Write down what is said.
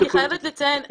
אני חייבת לציין,